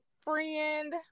friend